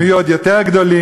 הם יהיו עוד יותר גדולים.